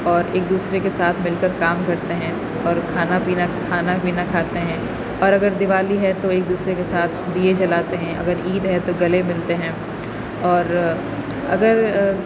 اور ایک دوسرے کے ساتھ مل کر کام کرتے ہیں اور کھانا پینا کھانا پینا کھاتے ہیں اور اگر دیوالی ہے تو ایک دوسرے کے ساتھ دیے جلاتے ہیں اگر عید ہے تو گلے ملتے ہیں اور اگر